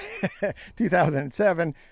2007